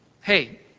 hey